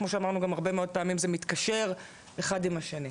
כמו שאמרנו גם הרבה מאוד פעמים זה מתקשר אחד עם השני,